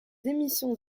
émissions